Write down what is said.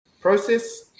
Process